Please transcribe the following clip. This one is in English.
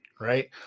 right